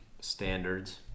standards